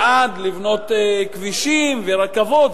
בעד לבנות כבישים ורכבות,